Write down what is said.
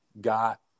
got